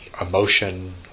emotion